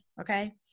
Okay